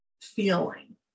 feeling